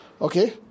Okay